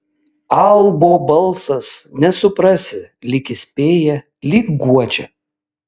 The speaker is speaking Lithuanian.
albo balsas nesuprasi lyg įspėja lyg guodžia